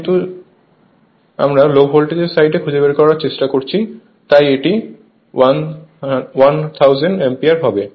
কিন্তু সময় দেখুন 1002 আমরা লো ভোল্টেজ সাইডে খুঁজে বের করার চেষ্টা করছি তাই এটি 1000 অ্যাম্পিয়ার হবে